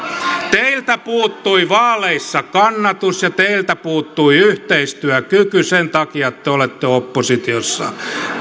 teiltä puuttui vaaleissa kannatus ja teiltä puuttui yhteistyökyky sen takia te te olette oppositiossa